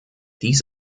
dies